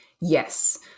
Yes